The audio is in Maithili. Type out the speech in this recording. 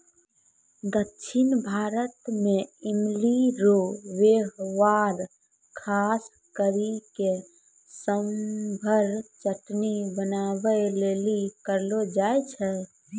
दक्षिण भारत मे इमली रो वेहवार खास करी के सांभर चटनी बनाबै लेली करलो जाय छै